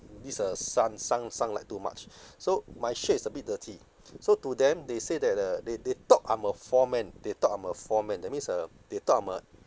this uh sun sun sun like too much so my shirt is a bit dirty so to them they say that uh they they thought I'm a foreman they thought I'm a foreman that means uh they thought I'm a